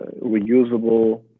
reusable